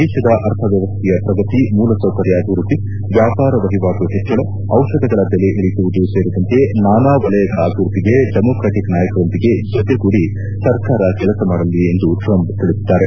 ದೇಶದ ಅರ್ಥವ್ಯವಸ್ಥೆಯ ಪ್ರಗತಿ ಮೂಲ ಸೌಕರ್ಯ ಅಭಿವೃದ್ಧಿ ವ್ಯಾಪಾರ ವಹಿವಾಟು ಹೆಜ್ವಳ ದಿಷಧಗಳ ಬೆಲೆ ಇಳಿಸುವುದು ಸೇರಿದಂತೆ ನಾನಾ ವಲಯಗಳ ಅಭಿವೃದ್ಧಿಗೆ ಡೆಮೊಕ್ರಾಟಿಕ್ ನಾಯಕರೊಂದಿಗೆ ಜತೆಗೂಡಿ ಸರ್ಕಾರ ಕೆಲಸ ಮಾಡಲಿದೆ ಎಂದು ಟ್ರಂಪ್ ತಿಳಿಸಿದ್ದಾರೆ